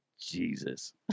Jesus